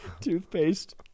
Toothpaste